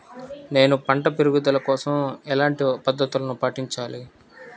నేను పంట పెరుగుదల కోసం ఎలాంటి పద్దతులను పాటించాలి?